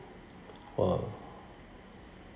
!wow!